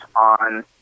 on